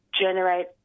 generate